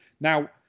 Now